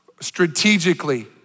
strategically